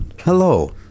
hello